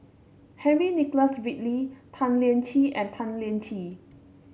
Henry Nicholas Ridley Tan Lian Chye and Tan Lian Chye